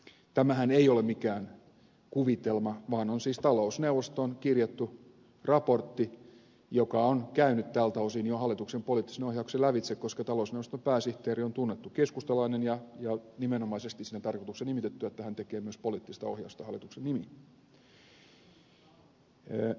tämähän ei ole mikään kuvitelma vaan on siis talousneuvoston kirjattu raportti joka on käynyt tältä osin jo hallituksen poliittisen ohjauksen lävitse koska talousneuvoston pääsihteeri on tunnettu keskustalainen ja nimenomaisesti siinä tarkoituksessa nimitetty että hän tekee myös poliittista ohjausta hallituksen nimiin